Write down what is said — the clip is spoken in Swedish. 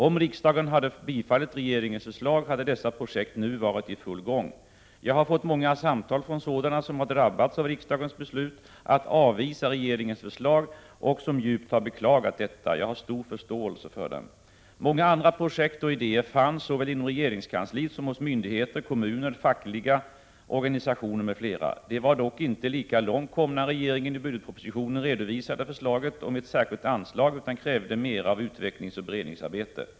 Om riksdagen hade bifallit regeringens förslag hade dessa projekt nu varit i full gång. Jag har fått många samtal från sådana som har drabbats av riksdagens beslut att avvisa regeringens förslag och som djupt har beklagat detta. Jag har stor förståelse för dem. Många andra projekt och idéer fanns, såväl inom regeringskansliet som hos myndigheter, kommuner, fackliga organisationer m.fl. De var dock inte lika långt komna när regeringen i budgetpropositionen redovisade förslaget om ett särskilt änslag, utan krävde mera av utvecklingsoch beredningsarbete.